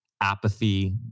apathy